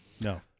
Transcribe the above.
No